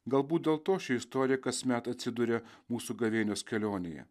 galbūt dėl to ši istorija kasmet atsiduria mūsų gavėnios kelionėje